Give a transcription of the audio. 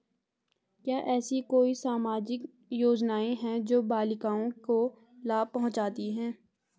क्या ऐसी कोई सामाजिक योजनाएँ हैं जो बालिकाओं को लाभ पहुँचाती हैं?